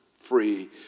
free